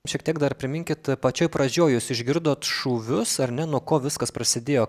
šiek tiek dar priminkit pačioj pradžioj jūs išgirdot šūvius ar ne nuo ko viskas prasidėjo